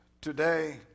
today